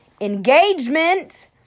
engagement